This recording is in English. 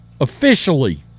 officially